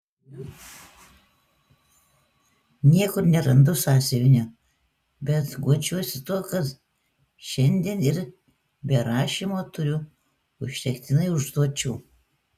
niekur nerandu sąsiuvinio bet guodžiuosi tuo kad šiandien ir be rašymo turiu užtektinai užduočių